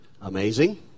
amazing